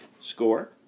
Score